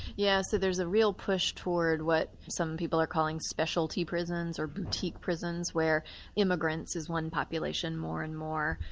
yeah so there's a real push towards what some people are calling specialty prisons, or boutique prisons, where immigrants is one population more and more.